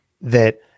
that-